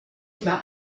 über